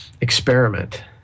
experiment